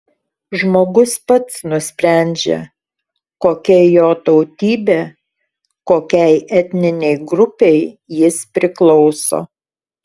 žmogus pats nusprendžia kokia jo tautybė kokiai etninei grupei jis priklauso